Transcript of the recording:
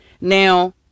Now